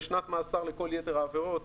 ושנת מאסר לכל יתר העבירות.